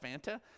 fanta